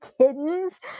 kittens